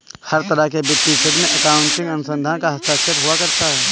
हर तरह के वित्तीय क्षेत्र में अकाउन्टिंग अनुसंधान का हस्तक्षेप हुआ करता है